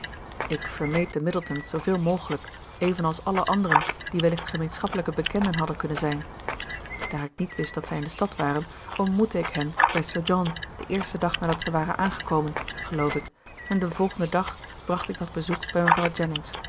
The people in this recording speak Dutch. ik vermeed de middletons zooveel mogelijk evenals alle anderen die wellicht gemeenschappelijke bekenden hadden kunnen zijn daar ik niet wist dat zij in de stad waren ontmoette ik hen bij sir john den eersten dag nadat ze waren aangekomen geloof ik en den volgenden dag bracht ik dat bezoek bij mevrouw